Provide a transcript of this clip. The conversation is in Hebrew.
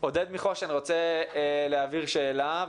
עודד מחוש"ן רוצה להעביר שאלה.